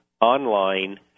online